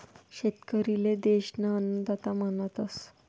शेतकरी ले देश ना अन्नदाता म्हणतस